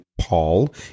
Paul